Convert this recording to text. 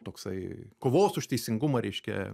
toksai kovos už teisingumą reiškia